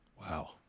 Wow